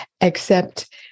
except-